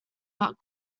but